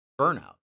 burnout